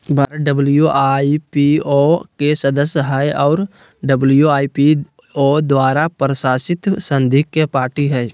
Bharat WIPO के सदस्य हइ और डब्ल्यू.आई.पी.ओ द्वारा प्रशासित संधि के पार्टी हइ